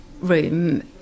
room